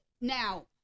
now